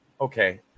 Okay